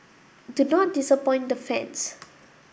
do not disappoint the fans